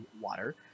water